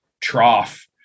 trough